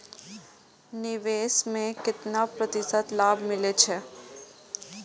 निवेश में केतना प्रतिशत लाभ मिले छै?